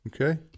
okay